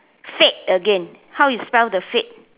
fate again how you spell the fate